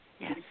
Yes